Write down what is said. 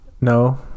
No